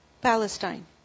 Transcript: Palestine